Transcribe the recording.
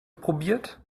probiert